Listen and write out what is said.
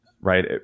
right